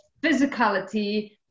physicality